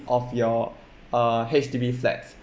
of your uh H_D_B flats